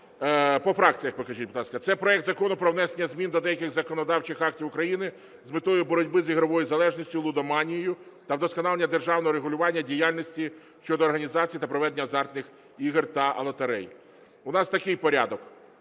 По фракціях покажіть, будь ласка. Це проект Закону про внесення змін до деяких законодавчих актів України з метою боротьби з ігровою залежністю (лудоманією) та вдосконалення державного регулювання діяльності щодо організації та проведення азартних ігор та лотерей. У нас такий порядок: